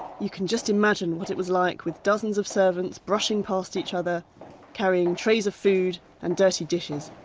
you can just imagine what it was like with dozens of servants brushing past each other carrying trays of food and dirty dishes.